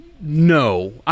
No